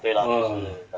ah